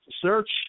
search